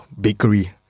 bakery